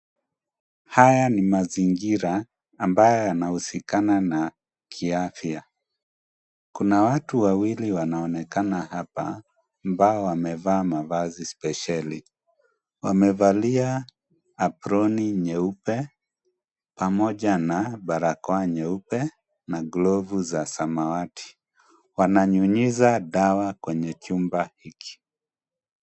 Haya ni mazingira ambayo yanahusikana na kiafya. Kuna watu wawili wanaonekana hapa ambao wamevaa mavazi spesheli. Wamevalia aproni nyeupe pamoja na barakoa nyeupe na glovu za samawati. Wananyunyiza dawa kwenye chumba hiki.